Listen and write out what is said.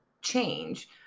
change